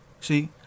see